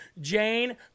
Jane